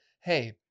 hey